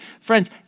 Friends